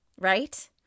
right